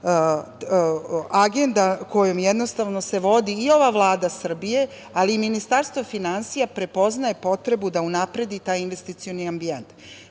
agenda kojom se jednostavno vodi i ova Vlada Srbije, ali i Ministarstvo finansija prepoznaje potrebu da unapredi taj investicioni ambijent. Šta